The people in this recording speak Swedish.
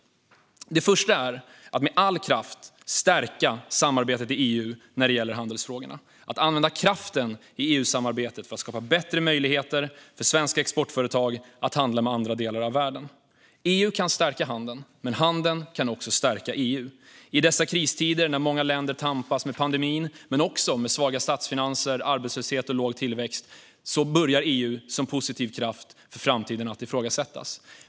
Den första handlar om att med all kraft stärka samarbetet i EU när det gäller handelsfrågorna - att använda kraften i EU-samarbetet för att skapa bättre möjligheter för svenska exportföretag att handla med andra delar av världen. EU kan stärka handeln, men handeln kan också stärka EU. I dessa kristider, när många länder tampas med pandemin men också med svaga statsfinanser, arbetslöshet och låg tillväxt börjar EU som positiv kraft för framtiden att ifrågasättas.